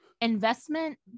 investment